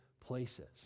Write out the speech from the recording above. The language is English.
places